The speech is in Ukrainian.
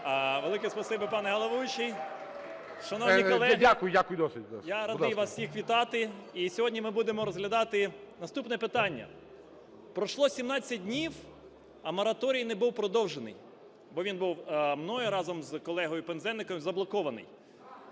Будь ласка. МУШАК О.П. Шановні колеги, я радий вас всіх вітати. І сьогодні ми будемо розглядати наступне питання. Пройшло 17 днів, а мораторій не був продовжений, бо він був мною разом з колегою Пинзеником заблокований.